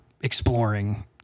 exploring